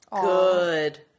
good